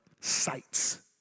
sights